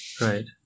right